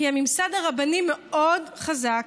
כי הממסד הרבני מאוד חזק.